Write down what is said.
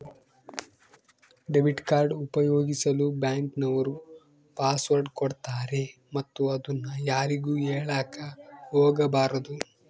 debit card ಉಪಯೋಗಿಸಲು bank ನವರು password ಕೊಡ್ತಾರೆ ಮತ್ತು ಅದನ್ನು ಯಾರಿಗೂ ಹೇಳಕ ಒಗಬಾರದು